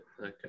okay